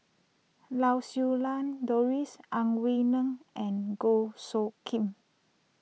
Lau Siew Lang Doris Ang Wei Neng and Goh Soo Khim